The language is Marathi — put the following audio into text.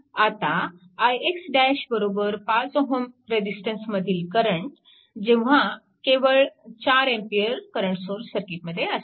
आता ix 5Ω रेजिस्टन्समधील करंट जेव्हा केवळ 4A करंट सोर्स सर्किटमध्ये असेल